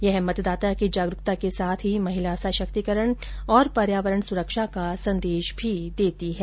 यह मतदाता के जागरूकता के साथ महिला सशक्तिकरण और पर्यावरण सुरक्षा का संदेश भी देती है